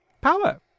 Power